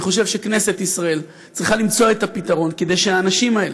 אני חושב שכנסת ישראל צריכה למצוא את הפתרון כדי שהאנשים האלה,